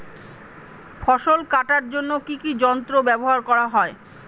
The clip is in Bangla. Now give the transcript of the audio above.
ফসল কাটার জন্য কি কি যন্ত্র ব্যাবহার করা হয়?